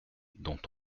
dont